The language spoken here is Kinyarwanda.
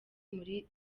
muri